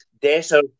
Desert